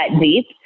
deep